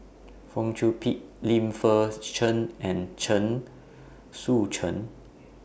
Fong Chong Pik Lim Fei Shen and Chen Sucheng